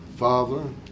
Father